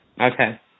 Okay